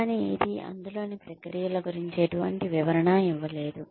కానీ ఇది అందులోని ప్రక్రియల గురించి ఎటువంటి వివరణ ఇవ్వలేదు